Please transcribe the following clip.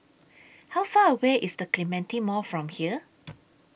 How Far away IS The Clementi Mall from here